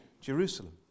Jerusalem